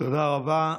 תודה רבה.